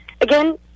Again